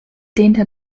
dehnte